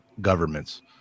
governments